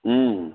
हुँ